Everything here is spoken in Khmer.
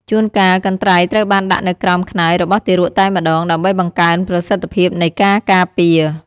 ជួនកាល កន្ត្រៃត្រូវបានដាក់នៅក្រោមខ្នើយរបស់ទារកតែម្តង ដើម្បីបង្កើនប្រសិទ្ធភាពនៃការការពារ។